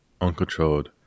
uncontrolled